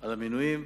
על המינויים,